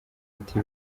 ati